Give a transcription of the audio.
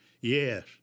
Yes